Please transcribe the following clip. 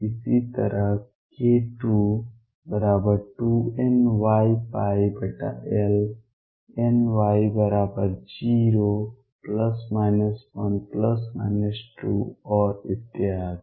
इसी तरह k22nyL ny0±1±2 और इत्यादि